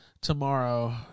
tomorrow